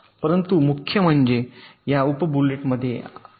परंतु मुख्य फरक या उप बुलेटमध्ये आहे